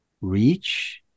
reach